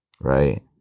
right